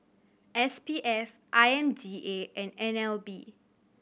S P F I M D A and N L B